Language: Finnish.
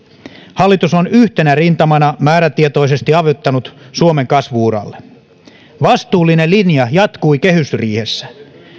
hallitus on yhtenä rintamana määrätietoisesti avittanut suomen kasvu uralle vastuullinen linja jatkui kehysriihessä